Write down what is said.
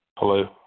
Hello